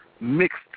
mixed